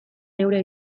neure